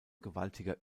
gewaltiger